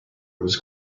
was